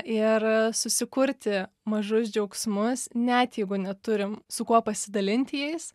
ir susikurti mažus džiaugsmus net jeigu neturim su kuo pasidalinti jais